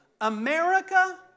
America